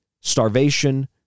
starvation